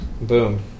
Boom